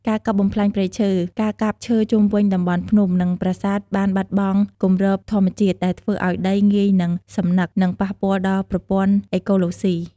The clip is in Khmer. ការកាប់បំផ្លាញព្រៃឈើ ការកាប់ឈើជុំវិញតំបន់ភ្នំ និងប្រាសាទបានបាត់បង់គម្របធម្មជាតិ ដែលធ្វើឱ្យដីងាយនឹងសំណឹក និងប៉ះពាល់ដល់ប្រព័ន្ធអេកូឡូស៊ី។